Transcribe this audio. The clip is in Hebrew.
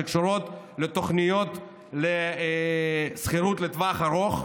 שקשורות לתוכניות לשכירות לטווח ארוך,